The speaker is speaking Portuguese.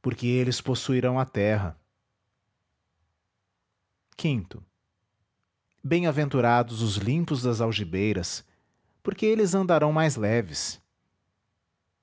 porque eles possuirão a terra em aventurados os limpos das algibeiras porque eles andarão mais leves